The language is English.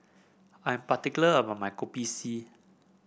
I am particular about my Kopi C